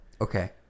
okay